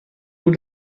پول